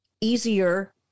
easier